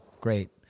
Great